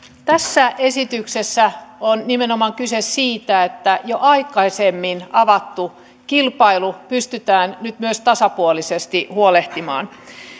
tässä esityksessä on nimenomaan kyse siitä että jo aikaisemmin avattu kilpailu pystytään nyt myös tasapuolisesti huolehtimaan